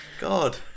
God